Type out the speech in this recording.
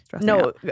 no